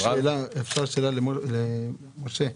אפשר שאלה למשה?